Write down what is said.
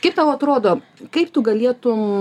kaip tau atrodo kaip tu galėtum